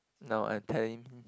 no I'm telling